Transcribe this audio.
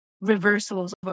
reversals